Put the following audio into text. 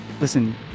listen